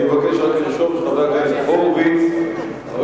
אני מבקש רק לרשום שחבר הכנסת הורוביץ, כן.